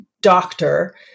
doctor